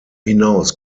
hinaus